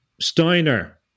Steiner